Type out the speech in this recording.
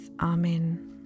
Amen